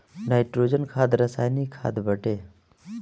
nitrogen खाद रासायनिक खाद बाटे